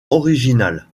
original